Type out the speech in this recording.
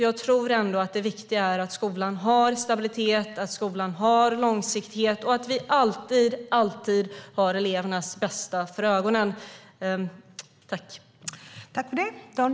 Jag tror ändå att det viktiga är att skolan har stabilitet och långsiktighet och att vi alltid, alltid har elevernas bästa för ögonen.